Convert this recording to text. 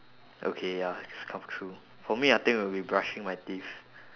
okay ya it's kind of true for me I think it'll be brushing my teeth